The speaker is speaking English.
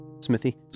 smithy